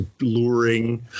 luring